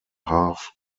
half